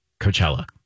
Coachella